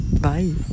Bye